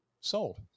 Sold